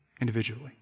individually